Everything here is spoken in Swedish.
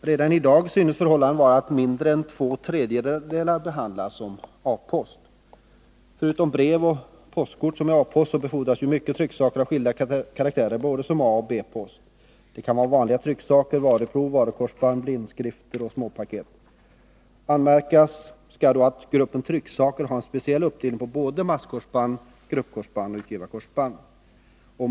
Redan i dag synes förhållandet vara det att mindre än två tredjedelar behandlas som A-post. Förutom brev och postkort som är A-post befordras mycket trycksaker av skilda karaktärer både som A och som B-post. Det kan vara vanliga trycksaker, varuprov, varukorsband, blindskriftsförsändelser och småpaket. Anmärkas skall då att gruppen trycksaker har en speciell uppdelning på både masskorsband, gruppkorsband och utgivarkorsband.